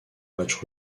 match